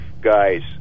guys